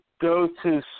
go-to